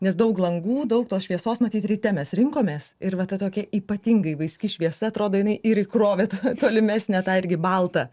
nes daug langų daug tos šviesos matyt ryte mes rinkomės ir va ta tokia ypatingai vaiski šviesa atrodo jinai ir įkrovė tolimesnę tą irgi baltą